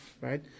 Right